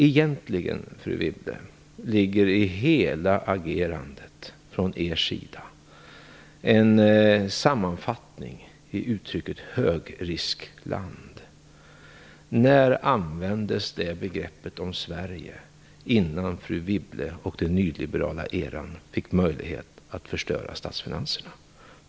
Egentligen, fru Wibble, kan allt agerande från er sida sammanfattas i uttrycket "högriskland". När användes det begreppet om Sverige innan fru Wibble fick möjlighet att förstöra statsfinanserna under den nyliberala eran?